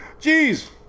Jeez